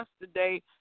yesterday